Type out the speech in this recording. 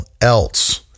else